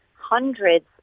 hundreds